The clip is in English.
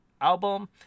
album